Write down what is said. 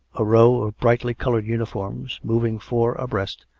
a row of brightly-coloured uniforms, moving four abreast,